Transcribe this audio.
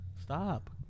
Stop